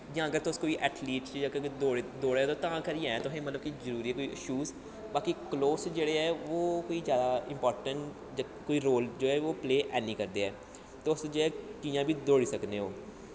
जां ते तुस ऐथलीट च दौडा दे ओ तां करियै ऐ तुसेंगी जरूरी शूज़ बाकी कलोथ जेह्ड़े न ओह् कोई जैदा इंपार्टैंट कोई रोल ओह् प्ले नेईं करदे न तुस कि'यां बी दौड़ी सकने ओ